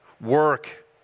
work